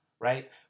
right